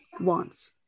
wants